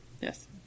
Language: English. Yes